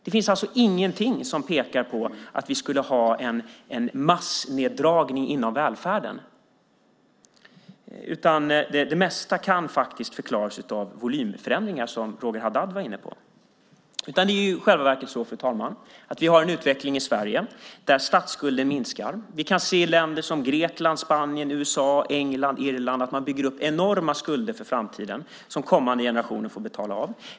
Det finns ingenting som pekar på att vi skulle ha en massneddragning inom välfärden. Det mesta kan förklaras av volymförändringar, som Roger Haddad var inne på. Fru talman! Det är i själva verket så att vi har en utveckling i Sverige där statsskulden minskar. Vi kan se att man i länder som Grekland, Spanien, USA, England och Irland bygger upp enorma skulder för framtiden som kommande generationer får betala av.